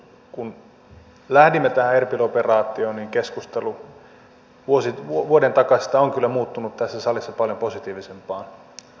kun lähdimme tähän erbil operaatioon niin keskustelu vuoden takaisesta on kyllä muuttunut tässä salissa paljon positiivisempaan suuntaan